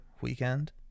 weekend